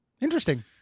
Interesting